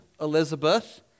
Elizabeth